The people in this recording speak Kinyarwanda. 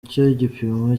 cyerekana